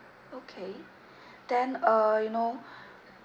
okay then uh you know